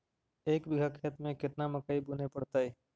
एक बिघा खेत में केतना मकई बुने पड़तै?